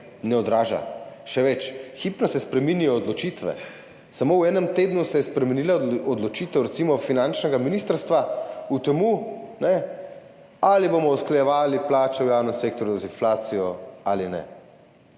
ne odraža. Še več, hipno se spreminjajo odločitve. Samo v enem tednu se je spremenila odločitev recimo finančnega ministrstva, o tem, ali bomo usklajevali plače v javnem sektorju z inflacijo ali ne.